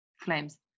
Flames